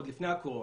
עוד לפני הקורונה.